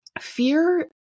fear